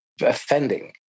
offending